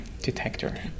detector